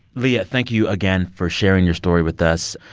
leah, thank you again for sharing your story with us.